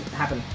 happen